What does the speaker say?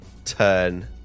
turn